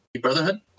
Brotherhood